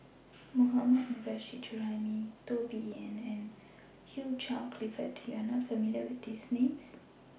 Mohammad Nurrasyid Juraimi Teo Bee Yen and Hugh Charles Clifford YOU Are not familiar with These Names